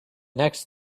next